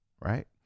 right